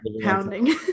pounding